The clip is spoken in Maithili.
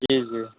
जी जी